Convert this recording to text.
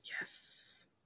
Yes